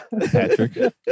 Patrick